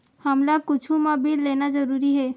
हमला कुछु मा बिल लेना जरूरी हे?